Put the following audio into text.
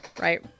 Right